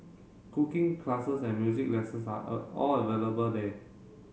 cooking classes and music lessons are all available there